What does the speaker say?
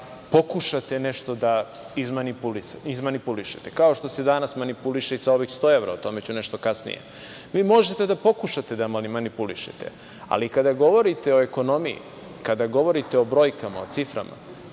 da pokušate nešto da izmanipulišete, kao što se danas manipuliše sa ovih 100 evra, o tome ću nešto kasnije. Vi možete da pokušate da manipulišete, ali kada govorite o ekonomiji, kada govorite o brojkama, o ciframa,